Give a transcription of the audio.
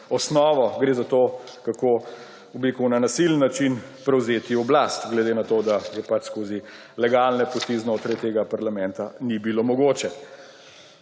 osnovo. Gre za to, kako, kako bi rekel, na nasilen način prevzeti oblast, glede na to, da je pač skozi legalne poti znotraj tega parlamenta ni bilo mogoče.